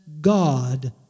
God